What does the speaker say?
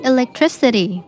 Electricity